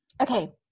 Okay